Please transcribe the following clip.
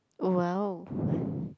!wow!